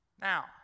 Now